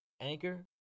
Anchor